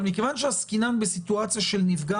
אבל מכיוון שעסקינן בסיטואציה של נפגע